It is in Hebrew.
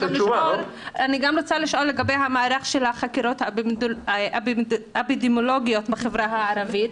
אני רוצה גם לשאול לגבי המערך של החקירות האפידמיולוגיות בחברה הערבית.